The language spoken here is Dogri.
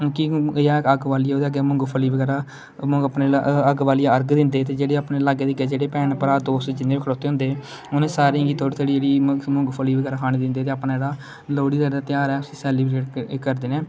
अग्ग बल्ली ओहदे अग्गै मुंगफली बगैरा अपने अग्ग बाल्ली अर्घ दिंदे ते जेहडे़ अपने लागे भैंन भ्रां दोस्त यार जिन्ने बी खड़ोते दे होंदे उनें सारें गी थोह्ड़ी थोह्ड़ी जेहड़ी मुंगफली बगैरा खाने लेई दिंदे अपना दा लोहड़ी दा जेहड़ा घ्यार ऐ उसी सेलीबरेट करदे न